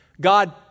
God